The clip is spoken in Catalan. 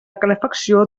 calefacció